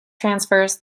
transfers